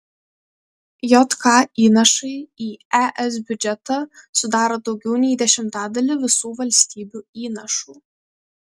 jk įnašai į es biudžetą sudaro daugiau nei dešimtadalį visų valstybių įnašų